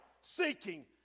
seeking